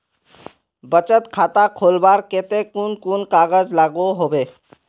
बचत खाता खोलवार केते कुन कुन कागज लागोहो होबे?